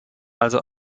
also